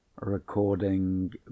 Recording